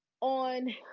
on